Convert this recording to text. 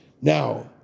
Now